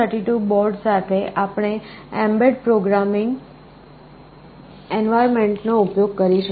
STM32 board સાથે આપણે embed programming environment નો ઉપયોગ કરીશું